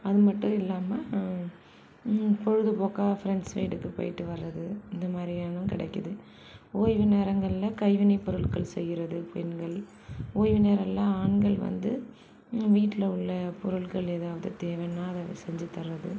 அது மட்டும் இல்லாமல் பொழுதுபோக்காக ஃப்ரெண்ட்ஸ் வீட்டுக்கு போய்ட்டு வரது இந்த மாதிரி எல்லாம் கிடைக்குது ஓய்வு நேரங்களில் கைவினை பொருட்கள் செய்றது பெண்கள் ஓய்வு நேரம் எல்லாம் ஆண்கள் வந்து வீட்டில் உள்ள பொருட்கள் எதாவது தேவைன்னா செஞ்சு தரது